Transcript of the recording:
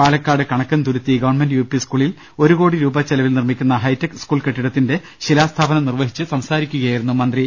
Palakkad Kanakkanthuruthi govt U P സ്കൂളിൽ ഒരു കോടി രൂപ ചെലവിൽ നിർമ്മിക്കുന്ന ഹൈടെക് സ്കൂൾ കെട്ടിട ത്തിന്റെ ശിലാസ്ഥാപനം നിർവ്വഹിച്ച് സംസാരിക്കുകയായിരുന്നു അദ്ദേഹം